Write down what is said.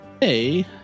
hey